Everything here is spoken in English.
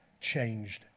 Changed